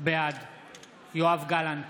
בעד יואב גלנט,